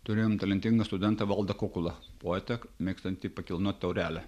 turėjom talentingą studentą valdą kukulą poetą mėgstantį pakilnot taurelę